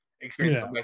experience